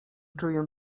czuję